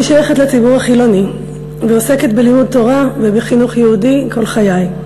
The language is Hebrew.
אני שייכת לציבור החילוני ועוסקת בחינוך היהודי כל חיי.